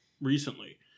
recently